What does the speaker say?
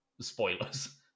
Spoilers